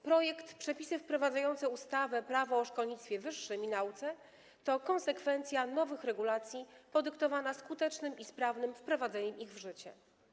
Projekt ustawy Przepisy wprowadzające ustawę Prawo o szkolnictwie wyższym i nauce to konsekwencja nowych regulacji podyktowana skutecznym i sprawnym wprowadzeniem ich w życie.